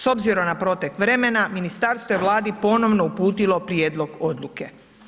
S obzirom na protok vremena, Ministarstvo je vladi ponovno uputilo prijedlog odluke.